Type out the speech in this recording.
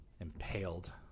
impaled